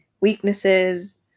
weaknesses